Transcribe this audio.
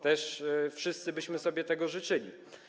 Też wszyscy byśmy sobie tego życzyli.